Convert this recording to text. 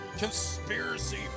Conspiracy